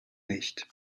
nicht